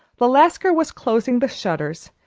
the lascar was closing the shutters,